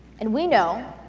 and we know